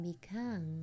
become